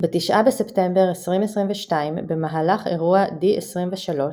ב-9 בספטמבר 2022, במהלך אירוע D23,